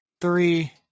three